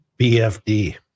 BFD